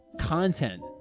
content